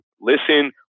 listen